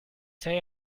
say